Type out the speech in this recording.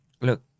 Look